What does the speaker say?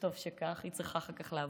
וטוב שכך, היא צריכה אחר כך לעבוד.